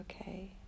okay